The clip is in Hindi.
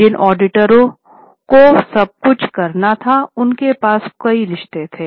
जिन ऑडिटरों सब कुछ करना था उनके पास कई रिश्तों थे